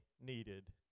needed